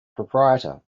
proprietor